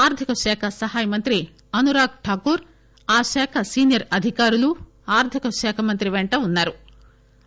ఆర్లిక శాఖ సహాయ మంత్రి అనురాగ్ ఠాకూర్ ఆ శాఖ సీనియర్ అధికారులు ఆర్గికశాఖ మంత్రి వెంట ఉన్నా రు